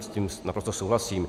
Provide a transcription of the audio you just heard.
S tím naprosto souhlasím.